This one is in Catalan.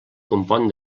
compon